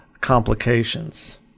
complications